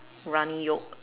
runny yolk